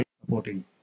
supporting